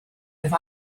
rwyf